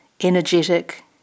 energetic